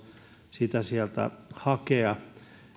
niitä hakea